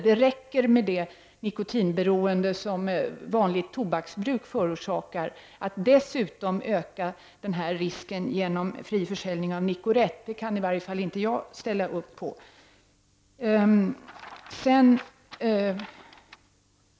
Det räcker med det nikotinberoende som vanligt tobaksbruk förorsakar. Att man dessutom skulle öka denna risk genom fri försäljning av Nicorette kan åtminstone inte jag ställa mig bakom.